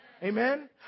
Amen